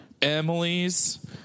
Emilys